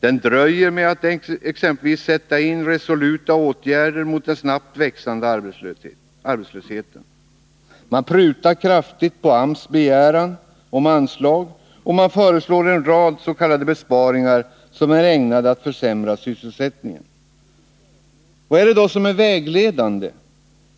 Den dröjer med att exempelvis sätta in resoluta åtgärder mot den snabbt växande arbetslösheten. Man prutar kraftigt på AMS begäran om anslag, och man föreslår en rad s.k. besparingar som är ägnade att försämra sysselsättningen. Vad är det då som är vägledande?